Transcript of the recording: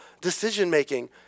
decision-making